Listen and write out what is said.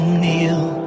kneel